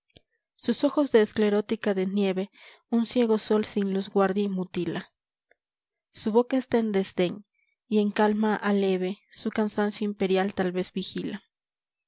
sus ojos de esclerótica de nieve un ciego sol sin luz gualda y mutila su boca está en desdén y en calma aleve su cansancio imperial talvez vigila